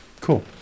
Cool